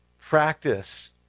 practice